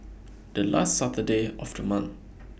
The last Saturday of The month